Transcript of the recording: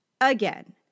Again